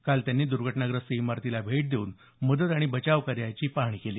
काल त्यांनी दुर्घटनाग्रस्त इमारतीला भेट देऊन मदत आणि बचाव कार्याची माहिती घेतली